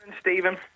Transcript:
Stephen